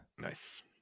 Nice